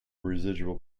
residual